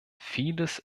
vieles